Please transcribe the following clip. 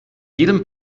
jedem